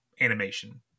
animation